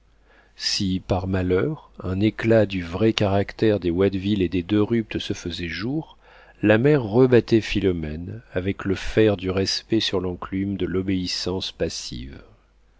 si par malheur un éclat du vrai caractère des watteville et des de rupt se faisait jour la mère rebattait philomène avec le fer du respect sur l'enclume de l'obéissance passive